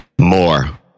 more